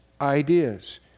ideas